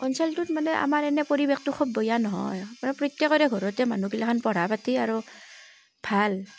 অঞ্চলটোত মানে আমাৰ এনেই পৰিৱেশটো খুব বেয়া নহয় মানে প্ৰত্য়েকৰে ঘৰতে মানহুগিলাখান পঢ়া পাতি আৰু ভাল